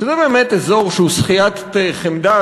שזה באמת אזור שהוא שכיית חמדה.